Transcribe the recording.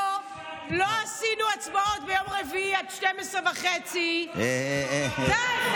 לא, לא עשינו הצבעות ביום רביעי עד 12:30. די,